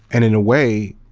and in a way,